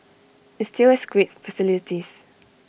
IT still has great facilities